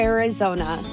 Arizona